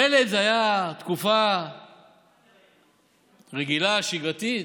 מילא אם זאת הייתה תקופה רגילה, שגרתית,